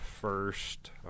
first